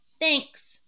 Thanks